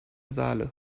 saale